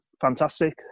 Fantastic